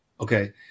okay